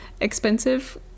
expensive